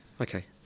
okay